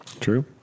True